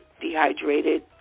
Dehydrated